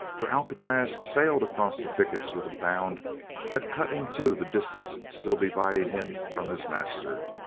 for alcatraz sailed across the pickets with a bound that cut in two the distance still dividing him from his master.